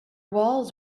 walls